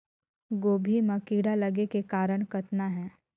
गोभी म कीड़ा लगे के कारण कतना हे?